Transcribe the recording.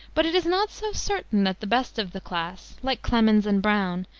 but it is not so certain that the best of the class, like clemens and browne,